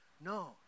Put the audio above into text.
No